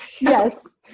Yes